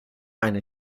eine